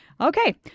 Okay